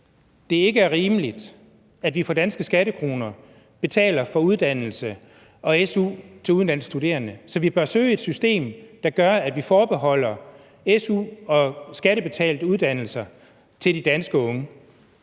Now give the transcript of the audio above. at det ikke er rimeligt, at vi for danske skattekroner betaler for uddannelse og su til udenlandske studerende, og at vi bør søge at få et system, der gør, at vi forbeholder su og skattebetalte uddannelser til de danske unge.